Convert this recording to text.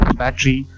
battery